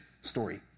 Story